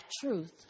truth